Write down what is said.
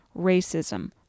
racism